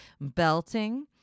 Belting